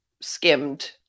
skimmed